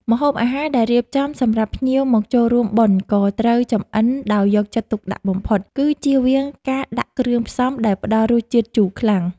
ម្ហូបអាហារដែលរៀបចំសម្រាប់ភ្ញៀវមកចូលរួមបុណ្យក៏ត្រូវចម្អិនដោយយកចិត្តទុកដាក់បំផុត គឺជៀសវាងការដាក់គ្រឿងផ្សំដែលផ្តល់រសជាតិជូរខ្លាំង។